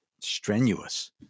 strenuous